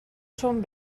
són